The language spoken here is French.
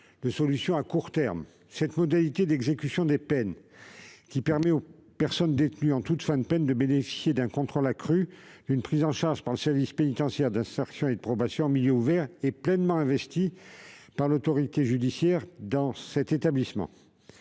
de solution à court terme. Cette modalité d'exécution des peines, qui permet aux personnes détenues en toute fin de peine de bénéficier d'un contrôle accru ainsi que d'une prise en charge par le service pénitentiaire d'insertion et de probation en milieu ouvert, est pleinement mise en oeuvre par l'autorité judiciaire dans cet établissement